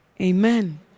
Amen